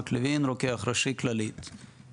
אני רוקח ראשי כללי של כללית.